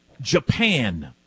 Japan